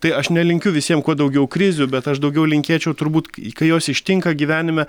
tai aš nelinkiu visiem kuo daugiau krizių bet aš daugiau linkėčiau turbūt k kai jos ištinka gyvenime